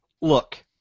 Look